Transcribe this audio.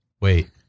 wait